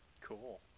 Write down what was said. cool